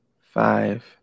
five